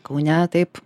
kaune taip